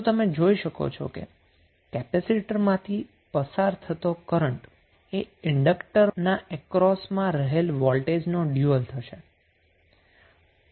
તો તમે જોઈ શકો છો કે કેપેસિટરમાંથી પસાર થતો કરન્ટ એ ઈન્ડક્ટર ના અક્રોસમાં રહેલ વોલ્ટેજનો ડયુઅલ થશે